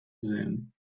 them